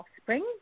offspring